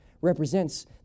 represents